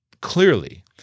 clearly